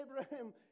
Abraham